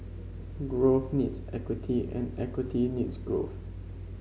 growth needs equity and equity needs growth